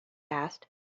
asked